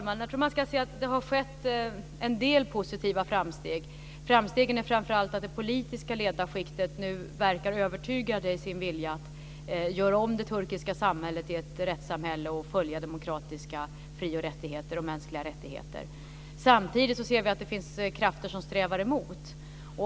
Fru talman! Det har skett en del positiva framsteg. Framstegen är framför allt att det politiska ledarskiktet nu verkar övertygat i sin vilja att göra om det turkiska samhället till ett rättssamhälle och följa demokratiska fri och rättigheter och mänskliga rättigheter. Samtidigt ser vi att det finns krafter som strävar emot.